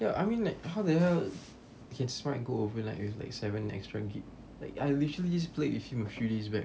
ya I mean like how the hell it's right go over like with like seven extra gig like I literally played with him few days back